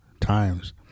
times